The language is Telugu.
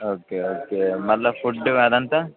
ఓకే ఓకే మళ్ళీ ఫుడ్ అది అంతా